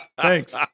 Thanks